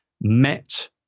met